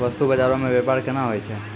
बस्तु बजारो मे व्यपार केना होय छै?